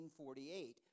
1948